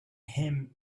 him